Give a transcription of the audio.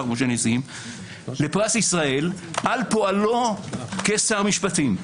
משה ניסים לפרס ישראל על פועלו כשר משפטים.